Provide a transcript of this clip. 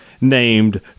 named